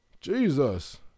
Jesus